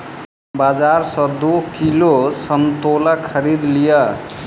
बाजार सॅ दू किलो संतोला खरीद लिअ